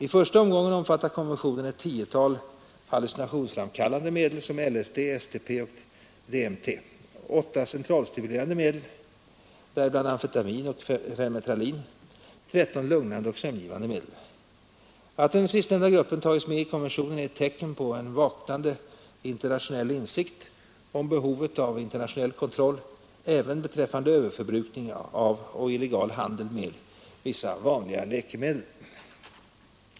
I första omgången omfattar konventionen ett tiotal hallucinationsframkallande medel såsom LSD, STP och DMT, åtta centralstimulerande ämnen, däribland amfetamin och fenmetralin, samt tretton lugnande och sömngivande medel. Att den sistnämnda gruppen tagits med i konventionen är ett tecken på en vaknande internationell insikt om behovet av internationell kontroll även beträffande överförbrukning av och illegal handel med vissa vanliga läkemedel.